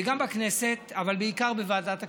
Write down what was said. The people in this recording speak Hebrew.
גם בכנסת, אבל בעיקר בוועדת הכספים.